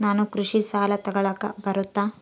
ನಾನು ಕೃಷಿ ಸಾಲ ತಗಳಕ ಬರುತ್ತಾ?